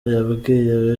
yabwiye